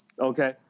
Okay